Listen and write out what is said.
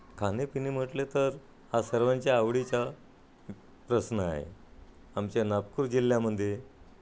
खाणेपिणे म्हटलं तर हा सर्वांच्या आवडीचा प्रश्न आहे आमच्या नागपूर जिल्ह्यामध्ये